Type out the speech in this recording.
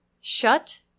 shut